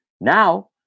Now